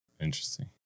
Interesting